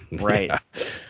right